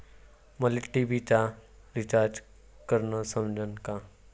मले टी.व्ही चा रिचार्ज करन जमन का?